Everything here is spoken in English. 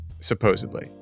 supposedly